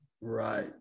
Right